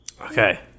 Okay